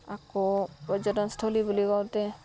আকৌ পৰ্যটনস্থলী বুলি কওঁতে